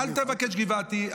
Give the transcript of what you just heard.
אל תבקש גבעתי,